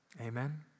Amen